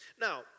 Now